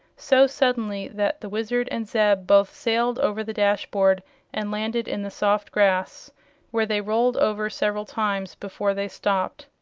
so suddenly that the wizard and zeb both sailed over the dashboard and landed in the soft grass where they rolled over several times before they stopped.